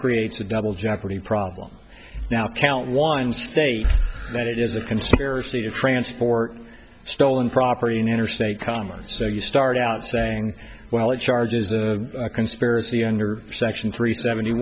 creates a double jeopardy problem now count one state that it is a conspiracy to transport stolen property in interstate commerce so you start out saying well it charges a conspiracy under section three seventy